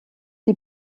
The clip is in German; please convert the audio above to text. die